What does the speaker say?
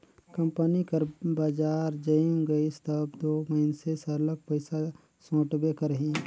company कर बजार जइम गइस तब दो मइनसे सरलग पइसा सोंटबे करही